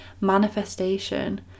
Manifestation